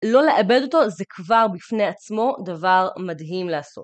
לא לאבד אותו זה כבר בפני עצמו דבר מדהים לעשות.